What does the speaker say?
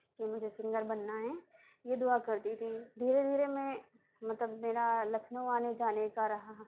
کہ مجھے سنگر بننا ہے یہ دعا کرتی تھی دھیرے دھیرے میں مطلب میرا لکھنؤ آنے جانے کا رہا